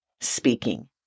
speaking